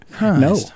No